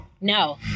No